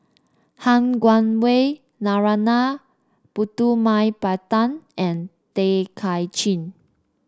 Han Guangwei Narana Putumaippittan and Tay Kay Chin